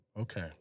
Okay